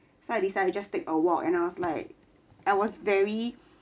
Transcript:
so I decided just take a walk an off like and I was very